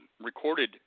recorded